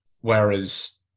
whereas